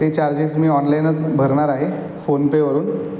ते चार्जेस मी ऑनलाइनच भरणार आहे फोनपेवरून